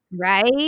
Right